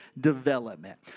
development